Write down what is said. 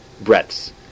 breaths